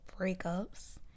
breakups